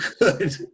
good